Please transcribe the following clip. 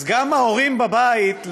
אז גם ההורים בבית,